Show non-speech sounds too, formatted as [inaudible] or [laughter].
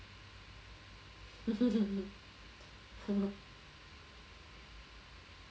[laughs]